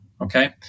Okay